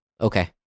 Okay